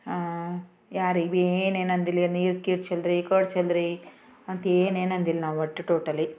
ಹಾಂ ಯಾರಿಗೆ ಬೀ ಏನೇನಂದಿಲ್ಲ ನೀರು ಗೀರು ಚೆಲ್ಲಿರಿ ತೋಡ ಚೆಲ್ಲಿರಿ ಅಂತ ಏನು ಏನಂದಿಲ್ಲ ನಾವು ಒಟ್ಟು ಟೋಟಲಿ